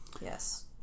yes